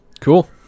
cool